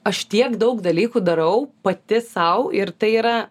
aš tiek daug dalykų darau pati sau ir tai yra